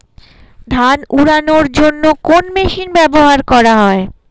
ধান উড়ানোর জন্য কোন মেশিন ব্যবহার করা হয়?